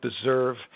deserve